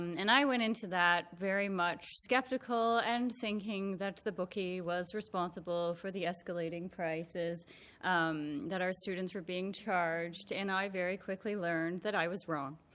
and and i went into that very much skeptical and thinking that the bookie was responsible for the escalating prices that our students were being charged. and i very quickly learned that i was wrong.